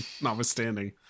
notwithstanding